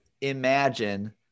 imagine